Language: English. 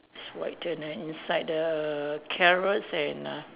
it's white and then inside the carrots and uh